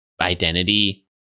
identity